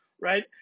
right